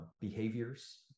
behaviors